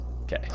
Okay